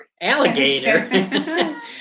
Alligator